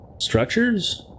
Structures